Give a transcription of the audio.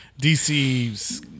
DC's